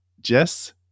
Jess